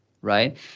right